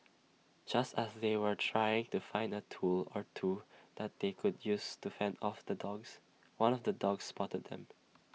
just as they were trying to find A tool or two that they could use to fend off the dogs one of the dogs spotted them